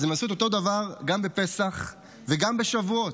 אז הם עשו את אותו דבר גם בפסח וגם בשבועות.